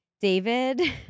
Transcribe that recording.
David